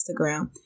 Instagram